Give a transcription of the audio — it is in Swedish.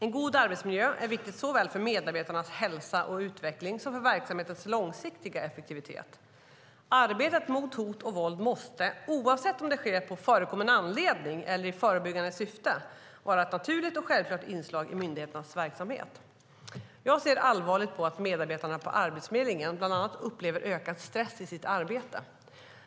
En god arbetsmiljö är viktig såväl för medarbetarnas hälsa och utveckling som för verksamhetens långsiktiga effektivitet. Arbete mot hot och våld måste, oavsett om det sker på förekommen anledning eller i förebyggande syfte, vara ett naturligt och självklart inslag i myndigheternas verksamhet. Jag ser allvarligt på att medarbetarna på Arbetsförmedlingen bland annat upplever ökad stress i sitt arbete.